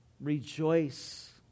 rejoice